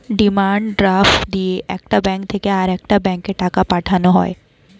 demand draft দিয়ে একটা bank থেকে আরেকটা ব্যাঙ্কে টাকা পাঠানো হয়